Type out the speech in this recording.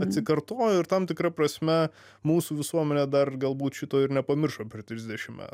atsikartojo ir tam tikra prasme mūsų visuomenė dar galbūt šito ir nepamiršo per trisdešim metų